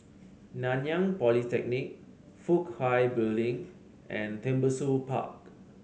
Nanyang Polytechnic Fook Hai Building and Tembusu Park